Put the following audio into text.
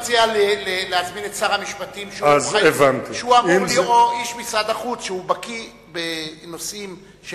מציע להזמין את שר המשפטים או איש משרד החוץ שבקי בנושאים של